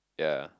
yea